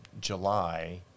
July